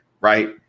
right